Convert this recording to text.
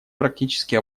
практически